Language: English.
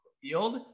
Field